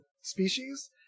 species